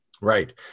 Right